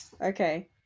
Okay